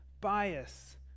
bias